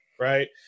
right